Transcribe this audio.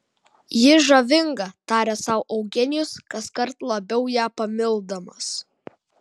ji žavinga tarė sau eugenijus kaskart labiau ją pamildamas